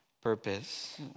purpose